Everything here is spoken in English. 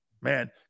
Man